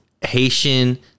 Haitian